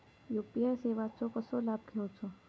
UPI सेवाचो कसो लाभ घेवचो?